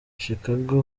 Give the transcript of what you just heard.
chicago